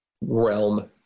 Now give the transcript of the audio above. realm